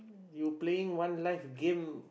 you playing one life game